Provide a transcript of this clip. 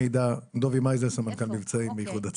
דובי מייזל, סמנכ"ל מבצעים מאיחוד הצלה.